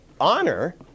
honor